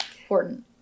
important